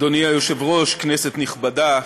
אדוני היושב-ראש, כנסת נכבדה,